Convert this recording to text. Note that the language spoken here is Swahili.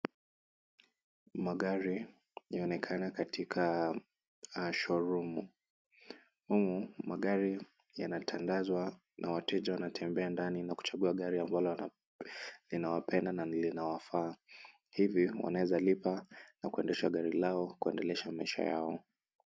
Magari yaonekana katika show room . Humu magari yanatandazwa na wateja wanatembea ndani na kuchagua gari ambalo linawapenda na linawafaa. Hivi wanaweza lipa na kuendesha gari lao kuendelesha maisha yao.